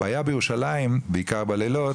הבעיה בירושלים, בעיקר בלילות